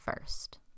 first